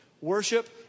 Worship